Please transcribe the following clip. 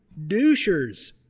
douchers